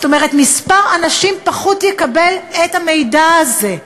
זאת אומרת, מספר אנשים פחוּת יקבל את המידע הזה.